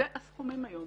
אלה הסכומים היום,